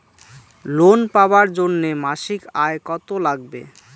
Loan পাবার জন্যে মাসিক আয় কতো লাগবে?